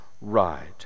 right